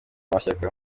mashyaka